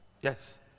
Yes